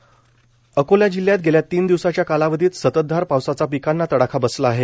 प्रां अकोला जिल्ह्यात गेल्या तीन दिवसाच्या कालावधीत सततधार पावसाचा पिकांना तडाखा बसला आहे